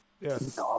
Yes